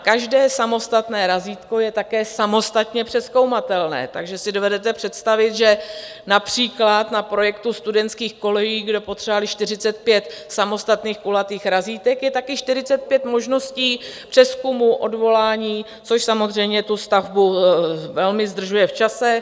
Každé samostatné razítko je také samostatně přezkoumatelné, takže si dovedete představit, že například na projektu studentských kolejí, kde potřebovali 45 samostatných kulatých razítek, je také 45 možností přezkumu, odvolání, což samozřejmě stavbu velmi zdržuje v čase.